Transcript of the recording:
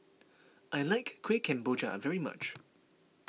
I like Kueh Kemboja very much